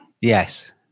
Yes